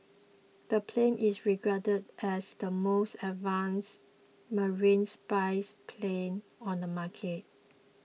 the plane is regarded as the most advanced marine spies plane on the market